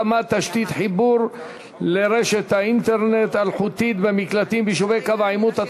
הקמת תשתית חיבור לרשת אינטרנט אלחוטית במקלטים שביישובי קו העימות),